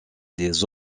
des